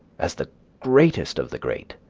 as the greatest of the great.